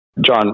John